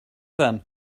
then